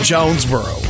Jonesboro